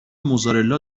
موزارلا